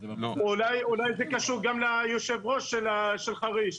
אולי זה קשור גם ליושב-ראש של חריש.